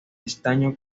estaño